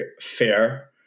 fair